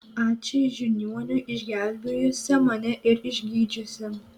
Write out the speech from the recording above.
ačiū žiniuoniui išgelbėjusiam mane ir išgydžiusiam